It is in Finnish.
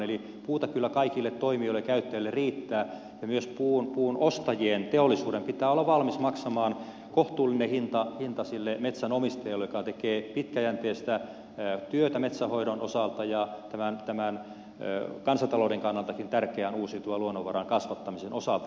eli puuta kyllä kaikille toimijoille ja käyttäjille riittää ja myös teollisuuden puun ostajien pitää olla valmis maksamaan kohtuullinen hinta sille metsänomistajalle joka tekee pitkäjänteistä työtä metsänhoidon osalta ja tämän kansantalouden kannaltakin tärkeän uusiutuvan luonnonvaran kasvattamisen osalta